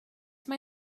mae